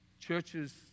Churches